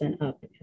up